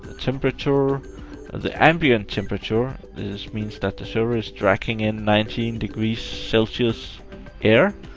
temperature and the ambient temperature. this means that the server is dragging in nineteen degrees celsius air.